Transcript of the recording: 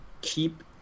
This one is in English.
keep